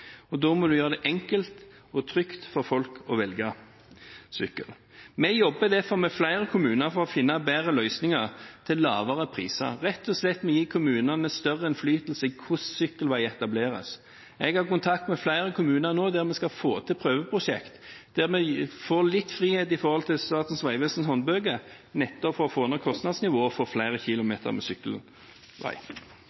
og da må en gjøre det enkelt og trygt for folk å velge sykkel. Vi jobber derfor med flere kommuner for å finne bedre løsninger til lavere priser, rett og slett gir vi kommuner større innflytelse i hvordan sykkelveier etableres. Jeg har kontakt med flere kommuner nå, der vi skal få til prøveprosjekt, og dermed får litt frihet i forhold til Statens vegvesens håndbøker nettopp for å få ned kostnadsnivået for flere kilometer med